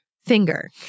finger